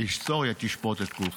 ההיסטוריה תשפוט את כולם.